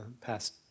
past